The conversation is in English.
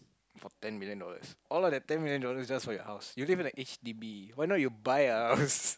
for ten million dollars out of that ten million dollars just for your house you live in a h_d_b why not you buy a house